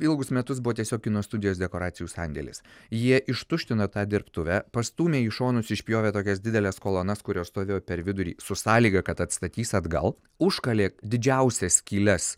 ilgus metus buvo tiesiog kino studijos dekoracijų sandėlis jie ištuštino tą dirbtuvę pastūmė į šonus išpjovė tokias dideles kolonas kurios stovėjo per vidurį su sąlyga kad atstatys atgal užkalė didžiausias skyles